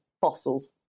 fossils